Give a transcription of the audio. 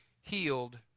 healed